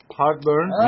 heartburn